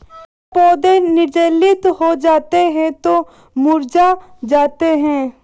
जब पौधे निर्जलित हो जाते हैं तो मुरझा जाते हैं